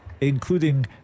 including